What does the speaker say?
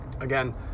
again